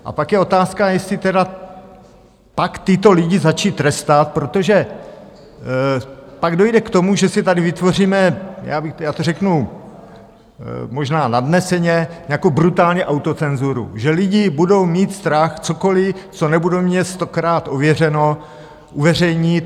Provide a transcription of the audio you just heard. A pak je otázka, jestli teda tyto lidi pak začít trestat, protože pak dojde k tomu, že si tady vytvoříme, řeknu to možná nadneseně, jako brutálně autocenzuru, že lidi budou mít strach cokoliv, co nebudou mít stokrát ověřeno, uveřejnit.